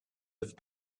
have